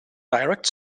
direct